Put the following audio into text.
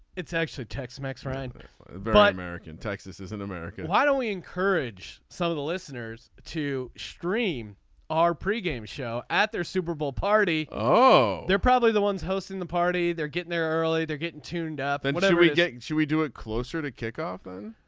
it's actually tex mex right by american. texas isn't american. why don't we encourage some of the listeners to stream our pregame show at their super bowl party. oh they're probably the ones hosting the party. they're getting there early. they're getting tuned up and whatever we get should we do it closer to kick off. and